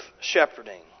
shepherding